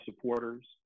supporters